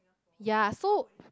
ya so